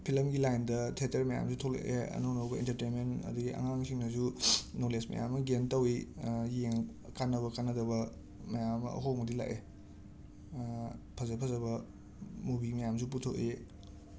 ꯐꯤꯂꯝꯒꯤ ꯂꯥꯏꯟꯗ ꯊꯦꯇꯔ ꯃꯌꯥꯝꯖꯨ ꯊꯣꯂꯛꯑꯦ ꯑꯅꯧ ꯑꯅꯧꯕ ꯑꯦꯟꯇꯔꯇꯦꯟꯃꯦꯟ ꯑꯗꯒꯤ ꯑꯉꯥꯡꯁꯤꯡꯗꯖꯨ ꯅꯣꯂꯦꯁ ꯃꯌꯥꯝ ꯑꯃ ꯒꯦꯟ ꯇꯧꯋꯤ ꯌꯦꯡ ꯀꯥꯟꯅꯕ ꯀꯥꯟꯅꯗꯕ ꯃꯌꯥꯝ ꯑꯃ ꯑꯍꯣꯡꯕꯗꯤ ꯂꯥꯛꯑꯦ ꯐꯖ ꯐꯖꯕ ꯃꯨꯚꯤ ꯃꯌꯥꯝꯖꯨ ꯄꯨꯊꯣꯛꯑꯦ